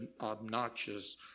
obnoxious